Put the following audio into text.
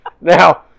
Now